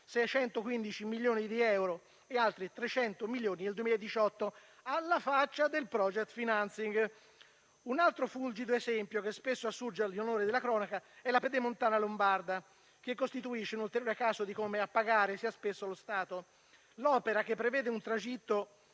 615 milioni di euro e altri 300 milioni nel 2018. Alla faccia del *project financing*! Un altro fulgido esempio che spesso assurge agli onori della cronaca è la pedemontana lombarda, che costituisce un ulteriore caso di come a pagare sia spesso lo Stato. L'opera, che prevede un tragitto